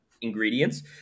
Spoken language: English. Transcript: ingredients